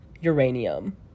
uranium